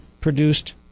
produced